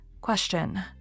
Question